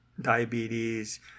diabetes